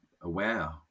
aware